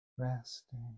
Resting